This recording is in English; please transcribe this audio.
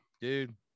Dude